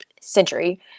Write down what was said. century